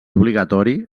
obligatori